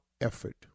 effort